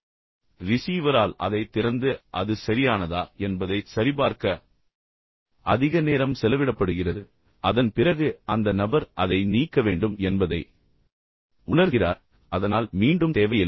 எனவே ரிசீவரால் அதைத் திறந்து அது சரியானதா என்பதைச் சரிபார்க்க அதிக நேரம் செலவிடப்படுகிறது அதன் பிறகு அந்த நபர் அதை நீக்க வேண்டும் என்பதை உணர்கிறார் அதனால் மீண்டும் தேவையில்லை